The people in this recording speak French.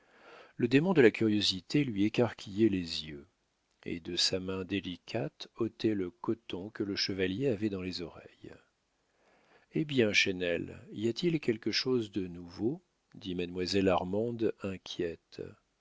le démon de la curiosité lui écarquillait les yeux et de sa main délicate ôtait le coton que le chevalier avait dans les oreilles hé bien chesnel y a-t-il quelque chose de nouveau dit mademoiselle armande inquiète